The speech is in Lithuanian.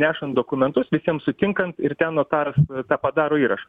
nešant dokumentus visiems sutinkant ir ten notaras tą padaro įrašą